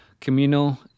communal